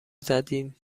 زدین